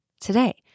today